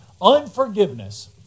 Unforgiveness